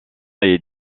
est